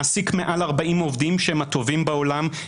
מעסיק מעל 40 עובדים שהם הטובים בעולם,